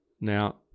Now